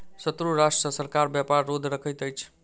शत्रु राष्ट्र सॅ सरकार व्यापार रोध रखैत अछि